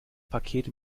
paket